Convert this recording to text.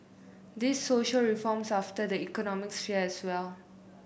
these social reforms affect the economic sphere as well